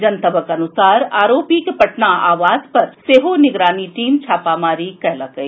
जनतबक अनुसार आरोपीक पटना आवास पर सेहो निगरानी टीम छापामारी कयलक अछि